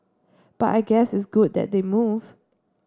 but I guess it's good that they move